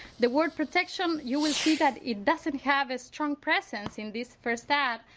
the word protection you will see that it doesn't have a strong presence in this first ad,